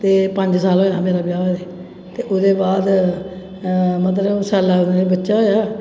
ते पंज साल हा होए दा मेरा ब्याह् होए दे ते ओह्दे बाद मतलब साल्लै दा बच्चा होआ